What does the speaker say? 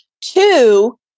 Two